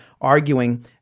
arguing